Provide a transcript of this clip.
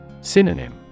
Synonym